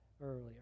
earlier